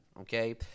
okay